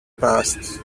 past